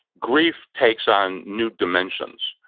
grief takes on new dimensions,